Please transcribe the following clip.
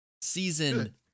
season